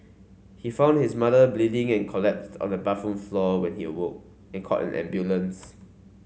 he found his mother bleeding and collapsed on the bathroom floor when he awoke and called an ambulance